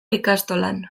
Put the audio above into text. ikastolan